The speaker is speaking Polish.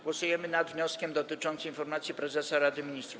Głosujemy nad wnioskiem dotyczącym informacji prezesa Rady Ministrów.